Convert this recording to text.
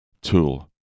tool